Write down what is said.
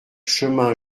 chemin